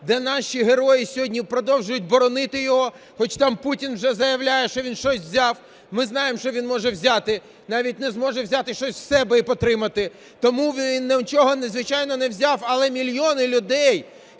де наші герої сьогодні продовжують боронити його, хоч там Путін заявляє, що він щось взяв. Ми знаємо, що він може взяти, – навіть не зможе взяти щось в себе і потримати. Тому він нічого, звичайно, не взяв. Але мільйони людей,